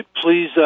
Please